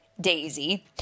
Daisy